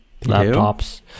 laptops